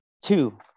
Two